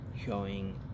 showing